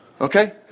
Okay